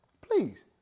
Please